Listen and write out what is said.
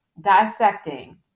dissecting